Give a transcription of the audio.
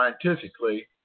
scientifically